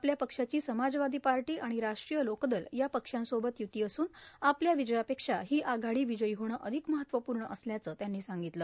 आपल्या पक्षाची समाजवादी पार्टी आणि राष्ट्रीय लोकदल या पक्षांसोबत युती असून आपल्या विजयापेक्षा ही आघाडी विजयी होणं अधिक महत्वपूर्ण असल्याचं त्यांनी सांगितलं